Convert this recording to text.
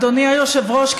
אדוני היושב-ראש,